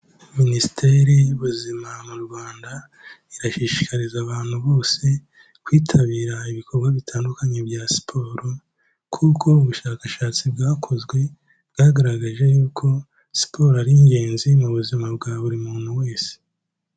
Minisiteri y'ubuzima mu Rwanda, irashishikariza abantu bose kwitabira ibikorwa bitandukanye bya siporo, kuko ubushakashatsi bwakozwe bwagaragaje yuko siporo ari ingenzi mu buzima bwa buri muntu wese.